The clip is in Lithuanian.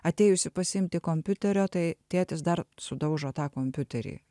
atėjusi pasiimti kompiuterio tai tėtis dar sudaužo tą kompiuterį